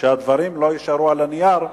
שהדברים לא יישארו על הנייר,